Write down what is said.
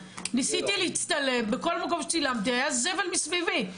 ניסיתי להצטלם בכל מקום שצילמתי היה זבל מסביבי.